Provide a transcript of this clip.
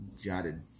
Jotted